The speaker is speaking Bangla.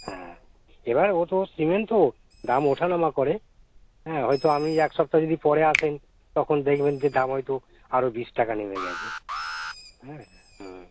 হ্যাঁ এবার ও তো সিমেন্ট তো দাম ওঠানামা করে হ্যাঁ হয়তো আপনি এক সপ্তাহ যদি পরে আসেন তখন দেখবেন যে দাম হয়তো আরও বিশ টাকা নেমে গিয়েছে হ্যাঁ হ্যাঁ